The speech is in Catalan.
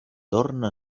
torna